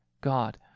God